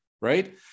right